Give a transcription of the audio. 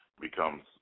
becomes